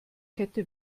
kette